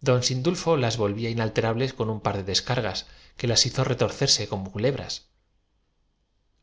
don sindulfo las volvía inalterables con un par de lomarde de los tíos descargas que las hizo retorcerse como culebras se